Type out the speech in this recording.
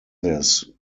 this